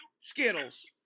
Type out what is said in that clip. Skittles